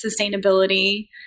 sustainability